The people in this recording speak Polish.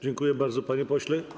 Dziękuję bardzo, panie pośle.